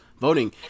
voting